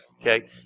Okay